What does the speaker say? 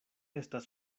estas